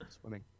swimming